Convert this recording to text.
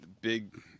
big